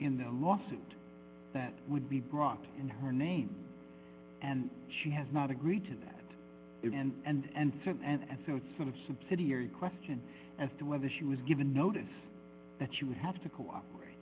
in the lawsuit that would be brought in her name and she has not agreed to that and rd and so it's sort of subsidiary question as to whether she was given notice that you have to cooperate